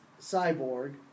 Cyborg